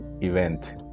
event